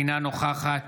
אינה נוכחת